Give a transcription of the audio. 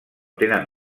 tenen